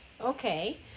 Okay